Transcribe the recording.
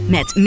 Met